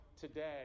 today